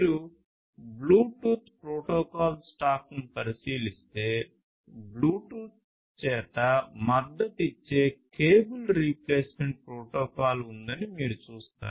మీరు Bluetooth protocol స్టాక్ను పరిశీలిస్తే బ్లూటూత్ చేత మద్దతిచ్చే కేబుల్ రీప్లేస్మెంట్ ప్రోటోకాల్ ఉందని మీరు చూస్తారు